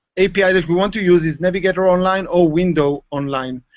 api that we want to use is navigator online or window online.